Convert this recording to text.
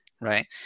right